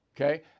okay